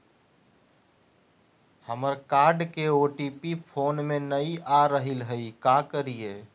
हमर कार्ड के OTP phone पे नई आ रहलई हई, का करयई?